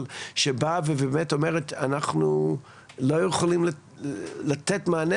שבאה ובאמת אומרת אנחנו לא יכולים לתת מענה